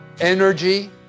energy